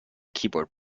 keyboard